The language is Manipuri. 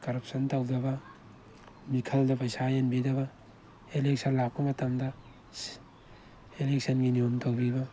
ꯀꯔꯞꯁꯟ ꯇꯧꯗꯕ ꯃꯤꯈꯜꯗ ꯄꯩꯁꯥ ꯌꯦꯟꯕꯤꯗꯕ ꯑꯦꯂꯦꯛꯁꯟ ꯂꯥꯛꯄ ꯃꯇꯝꯗ ꯑꯦꯂꯦꯛꯁꯟꯒꯤ ꯅꯤꯌꯣꯝ ꯇꯧꯕꯤꯕ